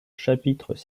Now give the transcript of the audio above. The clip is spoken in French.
chapitres